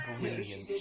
brilliant